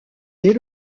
dès